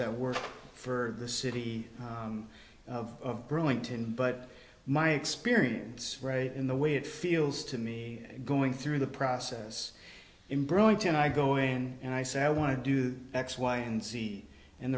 that work for the city of burlington but my experience right in the way it feels to me going through the process in burlington i go in and i say i want to do x y and z and